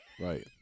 right